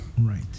Right